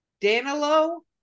Danilo